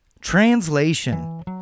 Translation